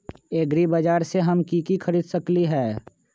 एग्रीबाजार से हम की की खरीद सकलियै ह?